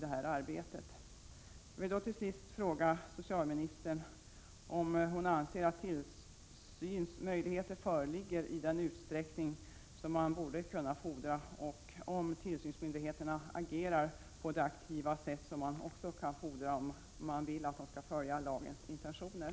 Till slut vill jag fråga socialministern om hon anser att tillsynsmöjligheter föreligger i den utsträckning som man borde kunna fordra och om tillsynsmyndigheterna agerar på det aktiva sätt som man också bör kunna fordra om man vill att de skall följa lagens intentioner.